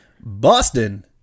Boston